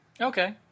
Okay